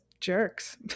jerks